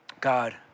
God